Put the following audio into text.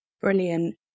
Brilliant